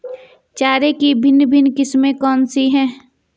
चारे की भिन्न भिन्न किस्में कौन सी हैं?